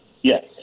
Yes